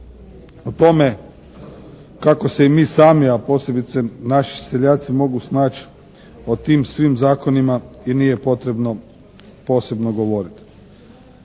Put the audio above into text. O tome kako se i mi sami a posebice naši seljaci mogu snaći u tim svim zakonima i nije potrebno posebno govoriti.